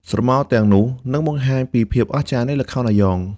ស្រមោលទាំងនោះនឹងបង្ហាញពីភាពអស្ចារ្យនៃល្ខោនអាយ៉ង។